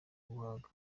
guhaga